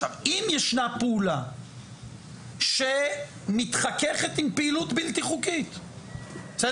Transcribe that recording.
עכשיו אם ישנה פעולה שמתחככת עם פעילות בלתי חוקית בסדר?